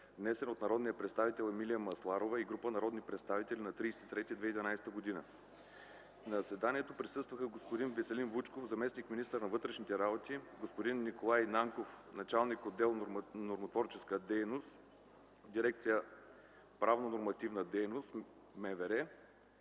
внесен от народния представител Емилия Масларова и група народни представители на 30.3.2011 г. На заседанието присъстваха: господин Веселин Вучков – заместник-министър на вътрешните работи, господин Николай Нанков – началник отдел „Нормотворческа дейност“ в дирекция „Правно-нормативна дейност“ в МВР,